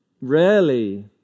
Rarely